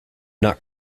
not